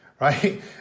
right